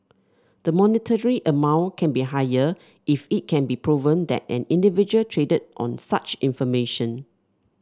the monetary amount can be higher if it can be proven that an individual traded on such information